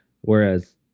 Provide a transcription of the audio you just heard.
whereas